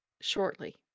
shortly